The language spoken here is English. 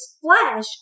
flesh